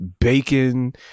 bacon